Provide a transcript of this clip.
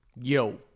yo